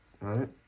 right